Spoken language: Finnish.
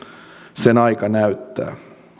sen aika näyttää